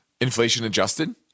inflation-adjusted